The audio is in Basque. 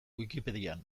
wikipedian